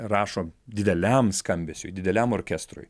rašo dideliam skambesiui dideliam orkestrui